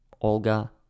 Olga